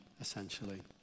essentially